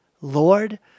Lord